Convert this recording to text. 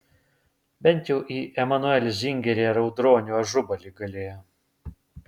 bent jau į emanuelį zingerį ar audronių ažubalį galėjo